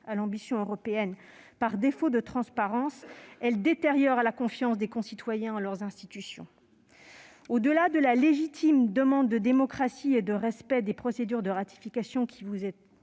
à l'ambition européenne. Par son défaut de transparence, elle détériore la confiance des citoyens en leurs institutions. Au-delà de la légitime demande de démocratie et de respect des procédures de ratification qui vous est